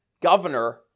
governor